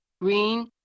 green